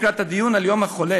לקראת הדיון על יום החולה,